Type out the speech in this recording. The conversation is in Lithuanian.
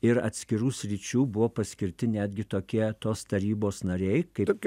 ir atskirų sričių buvo paskirti netgi tokie tos tarybos nariai kaip